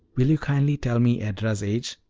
will you kindly tell me edra's age?